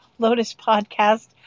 LotusPodcast